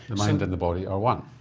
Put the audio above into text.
the mind and the body are one.